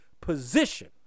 position